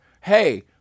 hey